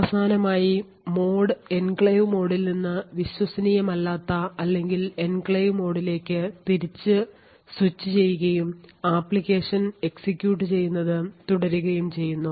അവസാനമായി mode enclave മോഡിൽ നിന്ന് വിശ്വസനീയമല്ലാത്ത അല്ലെങ്കിൽ എൻക്ലേവ് മോഡിലേക്ക് തിരികെ സ്വിച്ചുചെയ്യുകയും അപ്ലിക്കേഷൻ എക്സിക്യൂട്ട് ചെയ്യുന്നത് തുടരുകയും ചെയ്യുന്നു